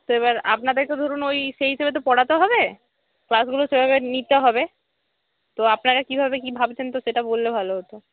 তো এবার আপনাদের তো ধরুন ওই সেই হিসেবে তো পড়াতে হবে ক্লাসগুলো সেভাবে নিতে হবে তো আপনারা কিভাবে কী ভাবছেন তো সেটা বললে ভালো হতো